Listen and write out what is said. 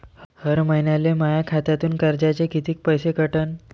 हर महिन्याले माह्या खात्यातून कर्जाचे कितीक पैसे कटन?